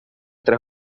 tres